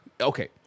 Okay